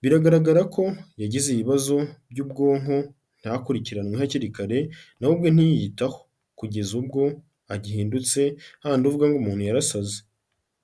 biragaragara ko yagize ibibazo by'ubwonko ntakurikiranwe hakiri kare na we ubwe ntiyitaho, kugeza ubwo ahindutse hahandi uvuga ngo umuntu yarasaze.